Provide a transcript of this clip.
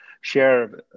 share